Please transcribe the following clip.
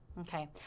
Okay